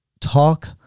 talk